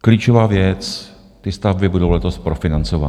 Klíčová věc: ty stavby budou letos profinancovány.